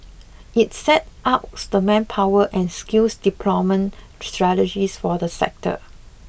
it set outs the manpower and skills development strategies for the sector